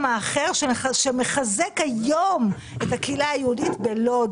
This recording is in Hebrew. האחר שמחזק היום את הקהילה היהודית בלוד,